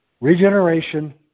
regeneration